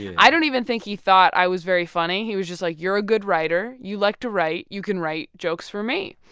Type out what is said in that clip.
yeah i don't even think he thought i was very funny. he was just like, you're a good writer. you like to write. you can write jokes for me!